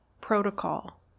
protocol